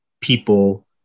people